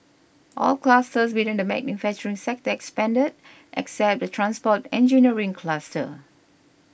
all clusters within the manufacturing sector expanded except the transport engineering cluster